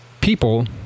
people